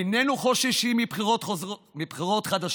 איננו חוששים מבחירות חדשות,